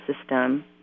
System